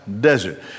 desert